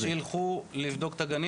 --- הם ילכו לבדוק את הגנים?